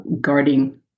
guarding